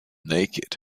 naked